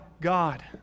God